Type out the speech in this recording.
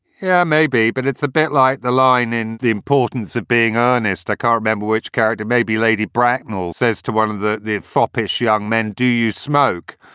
yeah, maybe, but it's a bit like the line in the importance of being honest a car, remember which character may be lady bracknell says to one of the the foppish young men, do you smoke?